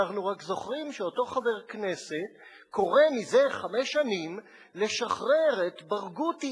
אנחנו רק זוכרים שאותו חבר כנסת קורא זה חמש שנים לשחרר את ברגותי,